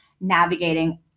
navigating